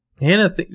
Hannah